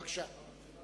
בבקשה.